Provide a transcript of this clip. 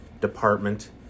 department